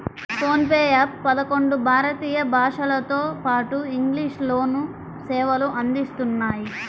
phone pay app పదకొండు భారతీయ భాషలతోపాటు ఇంగ్లీష్ లోనూ సేవలు అందిస్తున్నాయి